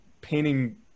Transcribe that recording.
painting